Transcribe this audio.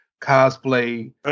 cosplay